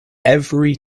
every